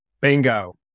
Bingo